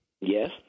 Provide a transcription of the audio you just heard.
Yes